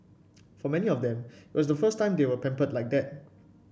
for many of them it was the first time they were pampered like that